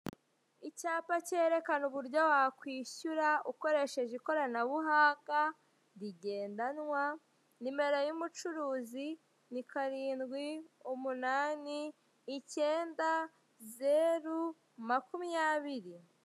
Icyapa cyerekana uburyo wakwishyura ukoresheje ikoranabuhanga rigendanwa, nimero y'umucuruzi ni karindwi umunani icyenda zeru makumyabiri.